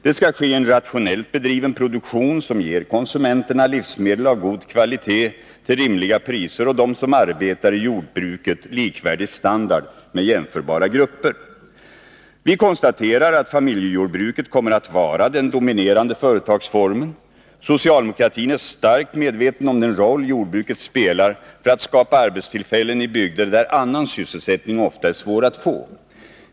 Det skall ske i en rationellt bedriven produktion som ger konsumenterna livsmedel av god kvalitet till rimliga priser och dem som arbetar i jordbruket likvärdig Vi konstaterar att familjejordbruket kommer att vara den dominerande företagsformen. Socialdemokratin är starkt medveten om den roll jordbruket spelar för att skapa arbetstillfällen i bygder där annan sysselsättning ofta är svår att få.